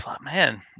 man